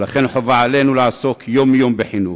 ולכן חובה עלינו לעסוק יום-יום בחינוך.